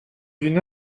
d’une